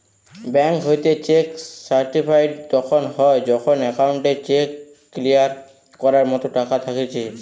bank হইতে cheque certified তখন হয় যখন অ্যাকাউন্টে চেক ক্লিয়ার করার মতো টাকা থাকতিছে